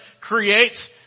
creates